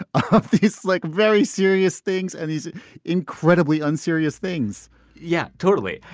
ah ah it's like very serious things. and he's incredibly unserious things yeah, totally.